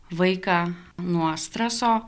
vaiką nuo streso